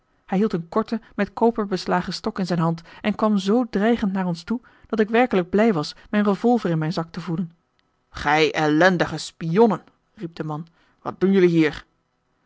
hij hield een korten met koper beslagen stok in zijn hand en kwam zoo dreigend naar ons toe dat ik werkelijk blij was mijn revolver in mijn zak te voelen gij ellendige spionnen riep de man wat doen jullie hier